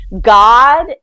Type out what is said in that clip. God